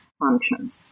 functions